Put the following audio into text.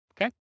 okay